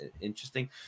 interesting